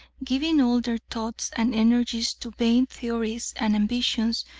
giving all their thoughts and energies to vain theories and ambitions,